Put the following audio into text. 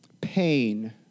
pain